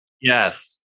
Yes